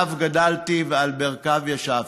שעליו גדלתי ועל ברכיו ישבתי.